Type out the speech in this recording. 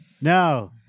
No